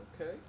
okay